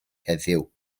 heddiw